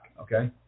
okay